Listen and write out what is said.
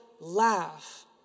laugh